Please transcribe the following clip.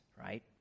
right